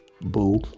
boo